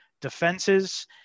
defenses